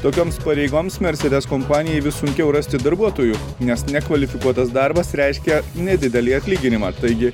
tokioms pareigoms mercedes kompanijai vis sunkiau rasti darbuotojų nes nekvalifikuotas darbas reiškia nedidelį atlyginimą taigi